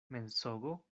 mensogo